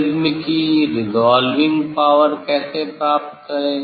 prism की resolving power कैसे प्राप्त करे